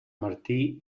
martí